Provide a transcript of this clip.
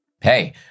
Hey